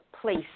place